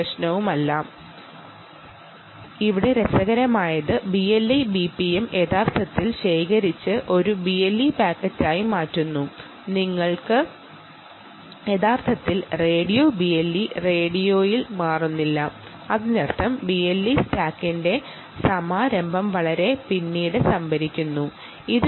BLE BPM യഥാർത്ഥത്തിൽ ശേഖരിച്ച് ഒരു BLE പാക്കറ്റാക്കി മാറ്റുന്നു യഥാർത്ഥത്തിൽ റേഡിയോ BLE റേഡിയോയിൽ മാറുന്നില്ല അതിനർത്ഥം BLE സ്റ്റാക്കിന്റെ സമാരംഭം വളരെ പിന്നീട് മാത്രമേ സംഭവിക്കുന്നുള്ളു